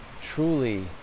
truly